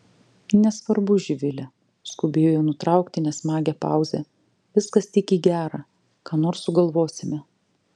nesvarbu živile skubėjo nutraukti nesmagią pauzę viskas tik į gera ką nors sugalvosime